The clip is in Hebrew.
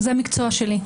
זה המקצוע שלי,